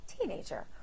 teenager